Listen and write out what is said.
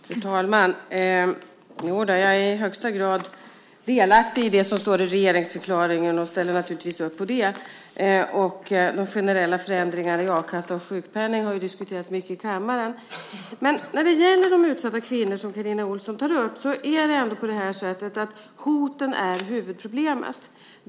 Fru talman! Jag är i högsta grad delaktig i det som står i regeringsförklaringen och ställer naturligtvis upp på det. De generella förändringarna i a-kassa och sjukpenning har diskuterats mycket i kammaren. När det gäller frågan om de utsatta kvinnor som Carina Ohlsson tar upp är hoten huvudproblemet.